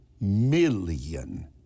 million